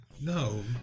no